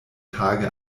tage